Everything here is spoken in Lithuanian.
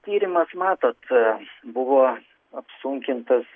tyrimas matot buvo apsunkintas